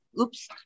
Oops